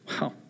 Wow